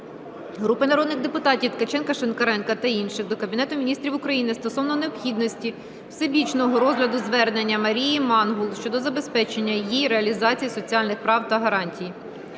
Групи народних депутатів (Ткаченка, Шинкаренка та інших) до Кабінету Міністрів України стосовно необхідності всебічного розгляду звернення Марії Мангул щодо забезпечення їй реалізації соціальних прав та гарантій.